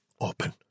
open